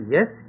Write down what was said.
Yes